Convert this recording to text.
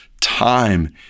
time